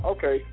Okay